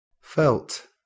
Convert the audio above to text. felt